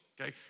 okay